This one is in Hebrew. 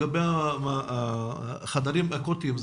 לגבי החדרים האקוטיים,